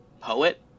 poet